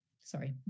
sorry